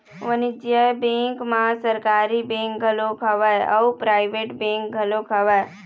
वाणिज्य बेंक म सरकारी बेंक घलोक हवय अउ पराइवेट बेंक घलोक हवय